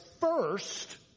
first